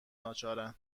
ناچارا